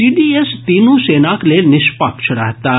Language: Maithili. सीडीएस तीनू सेनाक लेल निष्पक्ष रहताह